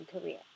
career